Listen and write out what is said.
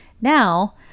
now